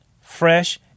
fresh